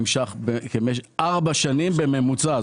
בעבר נמשך ארבע שנים בממוצע.